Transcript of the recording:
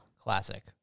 Classic